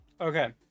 Okay